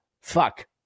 fuck